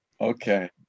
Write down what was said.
okay